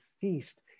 feast